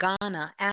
Ghana